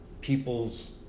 people's